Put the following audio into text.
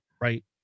Right